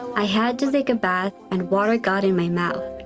i had to take a bath and water got in my mouth.